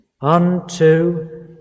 unto